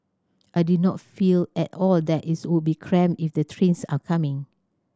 I did not feel at all that it's would be cramped if the trains are coming